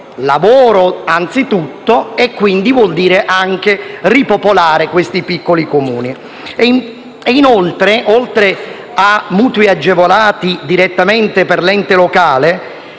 lavoro, anzitutto, e quindi vuol dire anche ripopolare questi piccoli Comuni Inoltre, oltre a mutui agevolati direttamente per l'ente locale,